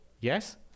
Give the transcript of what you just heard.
Yes